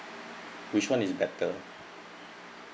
which one is better